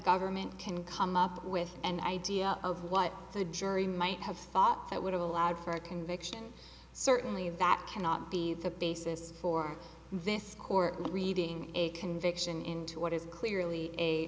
government can come up with an idea of what the jury might have thought that would have allowed for a conviction certainly that cannot be the basis for this court reading a conviction into what is clearly a